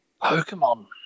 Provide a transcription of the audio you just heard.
Pokemon